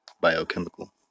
biochemical